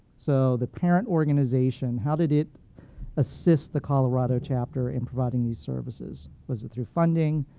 so the parent organization, how did it assist the colorado chapter in providing these services. was it through funding?